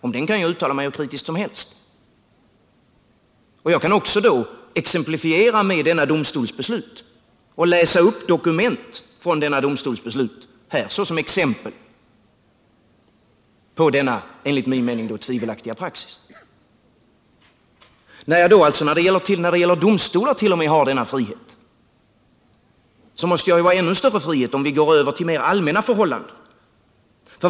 Om den kan jag uttala mig hur kritiskt som helst. Jag kan då också exemplifiera med en domstols beslut och såsom exempel på denna enligt min mening tvivelaktiga praxis läsa upp dokument från denna domstols beslut. När jag alltså 1. o. m. när det gäller domstolar har denna frihet, måste jag ju ha ännu större frihet om det gäller mera allmänna förhållanden.